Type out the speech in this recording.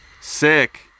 Sick